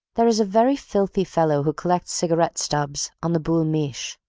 there is a very filthy fellow who collects cigarette stubs on the boul' mich',